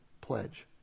pledge